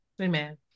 Amen